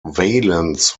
valens